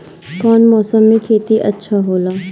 कौन मौसम मे खेती अच्छा होला?